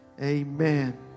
Amen